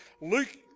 Luke